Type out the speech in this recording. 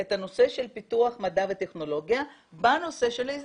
את הנושא של פיתוח מדע וטכנולוגיה בנושא של ההזדקנות.